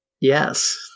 Yes